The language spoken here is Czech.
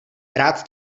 rád